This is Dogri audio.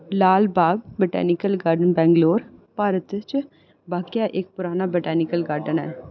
लालबाग बॉटैनिकल गार्डन बैंगलोर भारत च वाक्या इक पराना बॉटैनिकल गार्डन ऐ